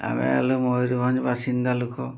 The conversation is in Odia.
ଆମେ ହେଲୁ ମୟୂରଭଞ୍ଜ ବାସିନ୍ଦା ଲୋକ